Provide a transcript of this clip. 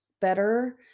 better